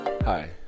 Hi